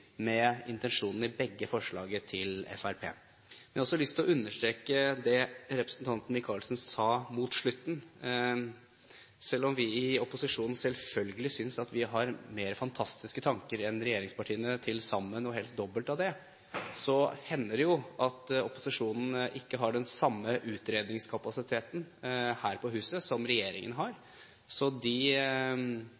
med intensjonene i begge forslagene til Fremskrittspartiet. Jeg har også lyst til å understreke det representanten Michaelsen sa mot slutten av innlegget. Selv om vi i opposisjonen selvfølgelig synes at vi har mer fantastiske tanker enn regjeringspartiene til sammen, og helst dobbelt av det, hender det jo at opposisjonen ikke har den samme utredningskapasiteten her på huset som regjeringspartiene har.